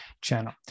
channel